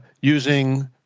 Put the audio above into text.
using